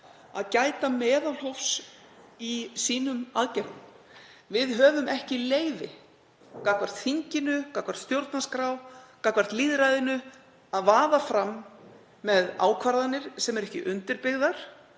að gæta meðalhófs í sínum aðgerðum. Við höfum ekki leyfi gagnvart þinginu, gagnvart stjórnarskrá, gagnvart lýðræðinu, að vaða fram með ákvarðanir sem eru ekki undirbyggðar,